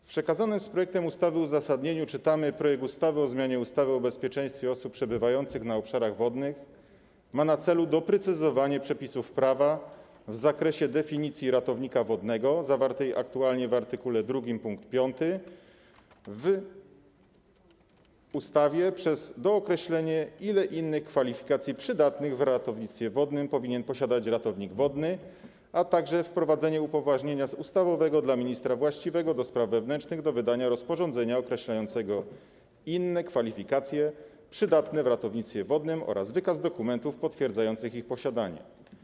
W przekazanym z projektem ustawy uzasadnieniu czytamy: projekt ustawy o zmianie ustawy o bezpieczeństwie osób przebywających na obszarach wodnych ma na celu doprecyzowanie przepisów prawa w zakresie definicji ratownika wodnego, zawartej aktualnie w art. 2 pkt 5 tej ustawy, przez dookreślenie, ile innych kwalifikacji przydatnych w ratownictwie wodnym powinien posiadać ratownik wodny, a także wprowadzenie upoważnienia ustawowego dla ministra właściwego do spraw wewnętrznych do wydania rozporządzenia określającego inne kwalifikacje przydatne w ratownictwie wodnym oraz wykaz dokumentów potwierdzających ich posiadanie.